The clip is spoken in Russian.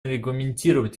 регламентировать